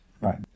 Right